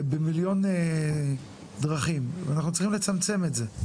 במיליון דרכים, ואנחנו צריכים לצמצם את זה.